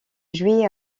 juillet